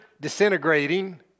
disintegrating